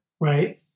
Right